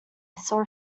sore